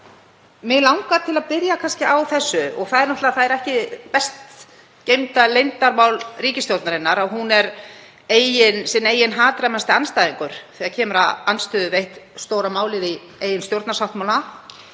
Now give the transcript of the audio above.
Mig langar til að byrja á því, sem er náttúrlega ekki best geymda leyndarmál ríkisstjórnarinnar, að hún er sinn eigin hatrammasti andstæðingur þegar kemur að andstöðu við eitt stóra málið í eigin stjórnarsáttmála,